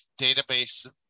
database